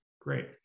great